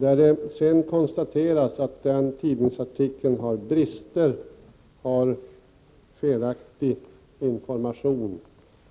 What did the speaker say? Det visar sig att den tidningsartikeln har brister, ger felaktig information,